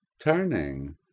turning